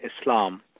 Islam